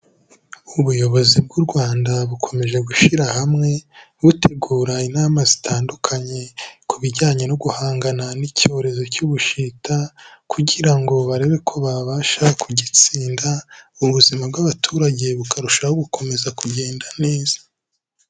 Ubuyobozi bw'u Rwanda bukomeje gushyira hamwe, butegura inama zitandukanye ku bijyanye no guhangana n'icyorezo cy'Ubushita kugira ngo barebe ko babasha kugitsinda ubuzima bw'abaturage bukarushaho gukomeza kugenda neza.